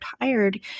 tired